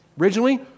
originally